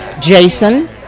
Jason